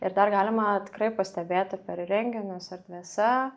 ir dar galima tikrai pastebėti per renginius erdvėse